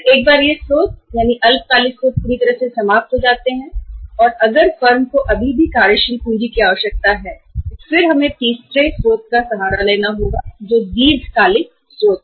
एक बार जब यह अल्पकालिक स्रोत पूरी तरह से समाप्त हो जाते हैं और यदि अभी भी कार्यशील पूंजी की आवश्यकता है तो फिर हमें तीसरे स्रोत का सहारा लेना होगा जो दीर्घकालिक स्रोत है